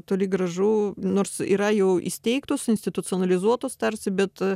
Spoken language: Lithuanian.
toli gražu nors yra jau įsteigtos institucionalizuotos tarsi bet